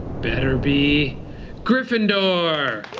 better be gryffindor.